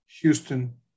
Houston